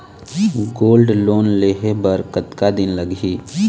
Gold loan लेहे बर कतका दिन लगही?